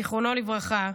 זיכרונו לברכה,